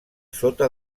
sota